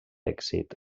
èxit